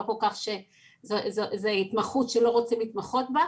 כל כך שזו התמחות שלא רוצים להתמחות בה.